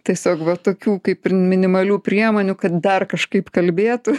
tiesiog va tokių kaip ir minimalių priemonių kad dar kažkaip kalbėtų